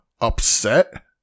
upset